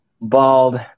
bald